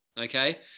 okay